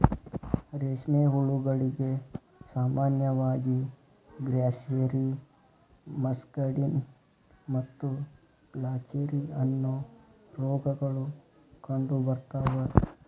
ರೇಷ್ಮೆ ಹುಳಗಳಿಗೆ ಸಾಮಾನ್ಯವಾಗಿ ಗ್ರಾಸ್ಸೆರಿ, ಮಸ್ಕಡಿನ್ ಮತ್ತು ಫ್ಲಾಚೆರಿ, ಅನ್ನೋ ರೋಗಗಳು ಕಂಡುಬರ್ತಾವ